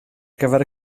gyfer